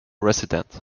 resident